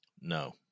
No